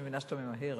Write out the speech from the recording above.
אני מבינה שאתה ממהר,